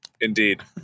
Indeed